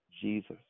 Jesus